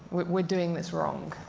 we're doing this wrong?